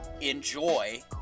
enjoy